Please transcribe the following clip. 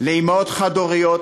לאימהות חד-הוריות,